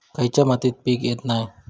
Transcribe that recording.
खयच्या मातीत पीक येत नाय?